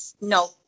No